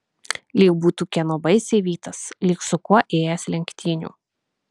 lyg būtų kieno baisiai vytas lyg su kuo ėjęs lenktynių